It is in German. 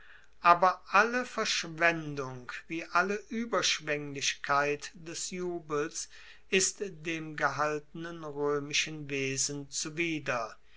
aber alle verschwendung wie alle ueberschwenglichkeit des jubels ist dem gehaltenen roemischen wesen zuwider